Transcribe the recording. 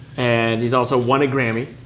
and he's also won a grammy.